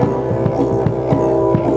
or